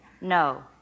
No